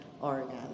Oregon